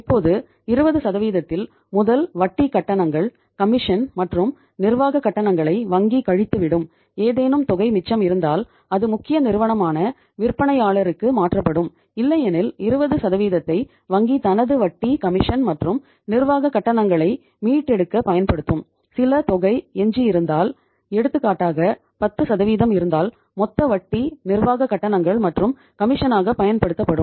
இப்போது 20தில் முதல் வட்டி கட்டணங்கள் கமிஷன் பயன்படுத்தப்படும்